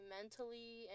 mentally